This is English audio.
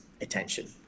attention